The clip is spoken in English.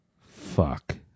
fuck